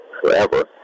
forever